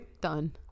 done